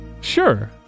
Sure